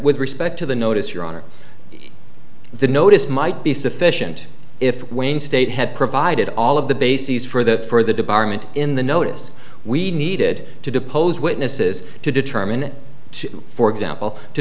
with respect to the notice your honor the notice might be sufficient if wayne state had provided all of the bases for that for the department in the notice we needed to depose witnesses to determine it for example to